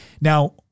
Now